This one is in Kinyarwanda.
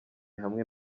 hamwe